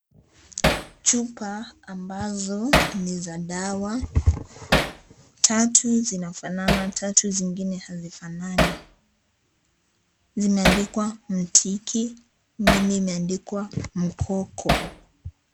Chupa ambazo ni za dawa. Tatu zinafanana, tatu zingine hazifanani. Zimeandika mtiiki, ingine imeandikwa mkoko